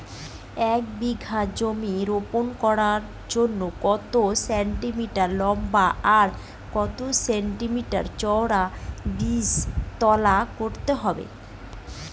এক বিঘা জমি রোয়ার জন্য কত সেন্টিমিটার লম্বা আর কত সেন্টিমিটার চওড়া বীজতলা করতে হবে?